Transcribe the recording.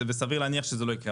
וסביר להניח שזה לא יקרה.